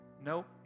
nope